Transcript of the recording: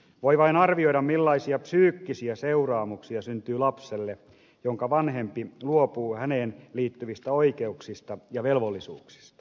voi vain arvioida millaisia psyykkisiä seuraamuksia syntyy lapselle jonka vanhempi luopuu häneen liittyvistä oikeuksista ja velvollisuuksista